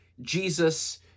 Jesus